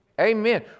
Amen